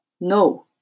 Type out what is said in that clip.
no